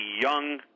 young